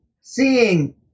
seeing